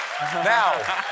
now